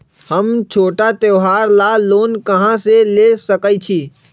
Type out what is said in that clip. हम छोटा त्योहार ला लोन कहां से ले सकई छी?